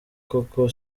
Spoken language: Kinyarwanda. koko